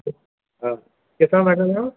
हा किथां था ॻाल्हायो